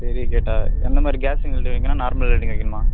பெரிய கேட்டா எந்தமாதிரி கேஸிங் வெல்டிங் வைக்கணுமா நார்மல் வெல்டிங் வைக்கணுமா